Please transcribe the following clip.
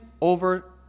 over